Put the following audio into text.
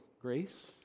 grace